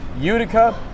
Utica